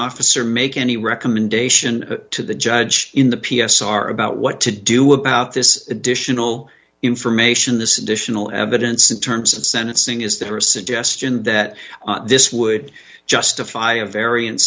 officer make any recommendation to the judge in the p s r about what to do about this additional information this additional evidence in terms of sentencing is there a suggestion that this would justify a variance